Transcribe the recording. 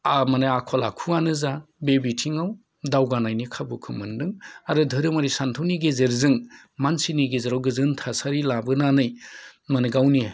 आखल आखुआनो जा बे बिथिंआव दावगानायनि खाबुखो मोन्दों आरो धोरोमनि सान्थौनि गेजेरजों मानसिनि गेजेराव गोजोन थासारि लाबोनानै माने गावनि